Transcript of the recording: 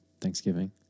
Thanksgiving